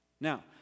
Now